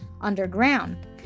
underground